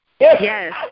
Yes